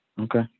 Okay